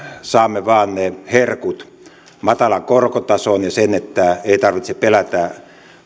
saamme vain ne herkut matalan korkotason ja sen että ei tarvitse pelätä